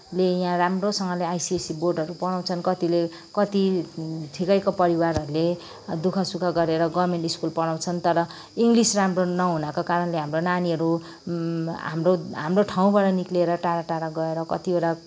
ले यहाँ राम्रोसँगले आइसिएससी बोर्डहरू पढाउँछन् कतिले कति ठिकैको परिवारहरूले दुखसुख गरेर गभर्मेन्ट स्कुल पढाउँछन् तर इङ्गलिस राम्रो नहुनको कारणले हाम्रो नानीहरू हाम्रो हाम्रो ठाउँबाट निक्लिएर टाढा टाढा गएर कतिवटा